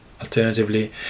Alternatively